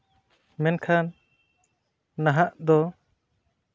ᱢᱮᱱᱠᱷᱟᱱ ᱱᱟᱦᱟᱜ ᱫᱚ